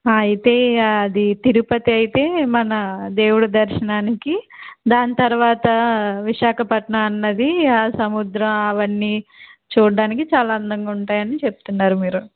అయితే ఈ అది తిరుపతి అయితే మన దేవుడి దర్శనానికి దాని తర్వాత విశాఖపట్నం అన్నది ఆ సముద్రం అవన్నీ చూడటానికి చాలా అందంగా ఉంటాయని చెప్తున్నారు మీరు